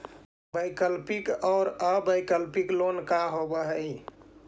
वैकल्पिक और अल्पकालिक लोन का होव हइ?